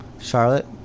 Charlotte